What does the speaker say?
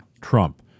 Trump